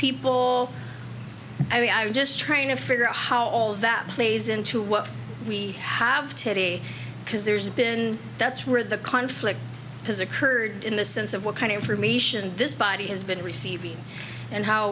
people i'm just trying to figure out how all that plays into what we have today because there's been that's where the conflict has occurred in the sense of what kind of information this body has been receiving and how